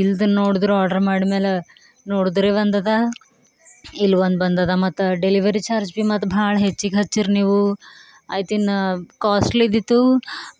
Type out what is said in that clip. ಇಲ್ದ ನೋಡ್ದ್ರೆ ಆರ್ಡ್ರ್ ಮಾಡ್ಮೇಲೆ ನೋಡಿದ್ರೆ ಒಂದದ ಇಲ್ಲಿ ಒಂದು ಬಂದದ ಮತ್ತು ಡೆಲಿವರಿ ಚಾರ್ಜ್ ಭೀ ಮತ್ತೆ ಭಾಳ ಹೆಚ್ಚಿಗೆ ಹಚ್ಚಿರ್ ನೀವು ಐತಿನ್ನ ಕಾಸ್ಟ್ಲಿದಿತ್ತು